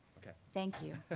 thank you.